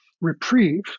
reprieve